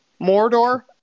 Mordor